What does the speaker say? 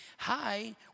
Hi